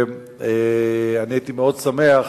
ואני הייתי מאוד שמח,